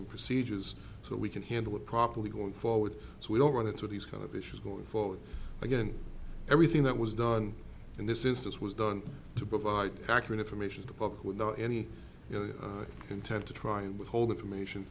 and procedures so we can handle it properly going forward so we don't run into these kind of issues going forward again everything that was done in this instance was done to provide accurate information to public without any intent to try and withhold information